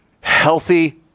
healthy